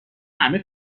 همه